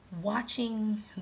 Watching